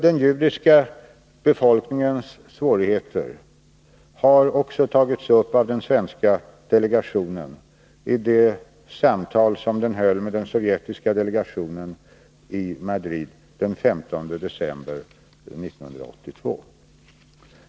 Den judiska befolkningens svårigheter har även tagits upp av den svenska delegationen i de samtal som de hade med den sovjetiska delegationen i Madrid den 15 december 1982.